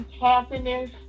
happiness